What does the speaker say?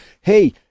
Hey